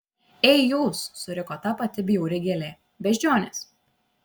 ei jūs suriko ta pati bjauri gėlė beždžionės